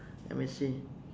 let me see